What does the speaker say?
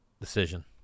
Decision